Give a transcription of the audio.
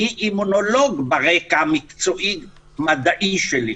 אני אימונולוג ברקע המקצועי-מדעי שלי.